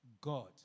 God